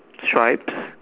that's right